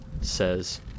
says